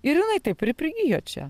ir jinai taip ir prigijo čia